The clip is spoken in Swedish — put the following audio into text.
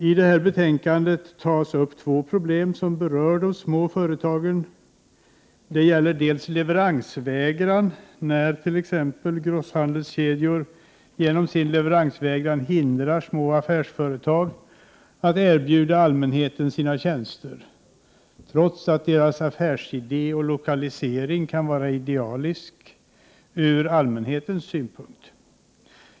I detta betänkande behandlas två problem som berör de små företagen. Det gäller leveransvägran. Det händer att grosshandelskedjor genom sin leveransvägran hindrar små affärsföretag att erbjuda allmänheten sina tjänster, trots att deras affärsidé och lokalisering kan vara idealiska från allmänhetens synpunkt.